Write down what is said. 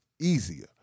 easier